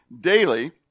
daily